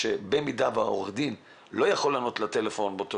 שבמידה ועורך הדין לא יכול לענות לטלפון באותו